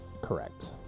Correct